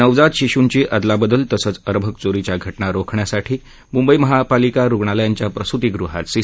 नवजात शिश्ची अदलाबदल तसंच अर्भकचोरीच्या घ ना रोखण्यासाठी मुंबई महापालिका रुग्णालयांच्या प्रसूतिगृहात सी